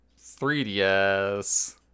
3ds